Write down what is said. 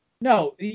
No